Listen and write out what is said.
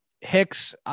Hicks